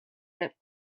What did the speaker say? that